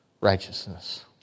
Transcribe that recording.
righteousness